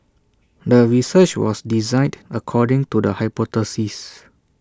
the research was designed according to the hypothesis